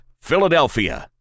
Philadelphia